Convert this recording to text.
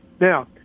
Now